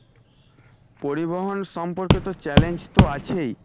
পরিবহন সম্পর্কে তো চ্যালেঞ্জ তো আছেই